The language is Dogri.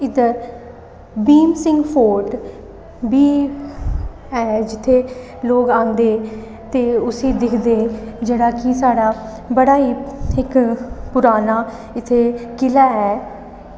इद्धर भीम सिंह फोर्ट बी ऐ जित्थै लोक आंदे ते उसी दिखदे जेह्ड़ा कि साढ़ा बड़ा ई इक पुराना किला ऐ